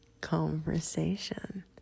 conversation